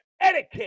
etiquette